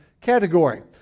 category